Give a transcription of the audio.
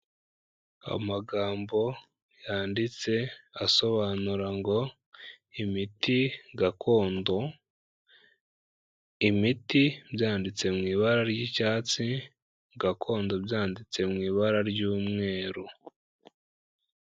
Amagambo yanditse asobanura ngo ''imiti gakondo'', imiti byanditse mu ibara ry'icyatsi, gakondo byanditse mu ibara ry'umweru.